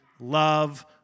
love